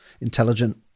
intelligent